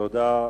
תודה.